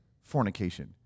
fornication